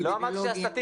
אפידמיולוגים,